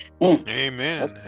Amen